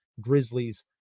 Grizzlies